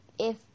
If